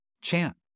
Chant